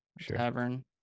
Tavern